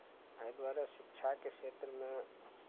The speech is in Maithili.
एहि दुआरे शिक्षाके क्षेत्रमे